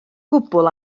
gwbl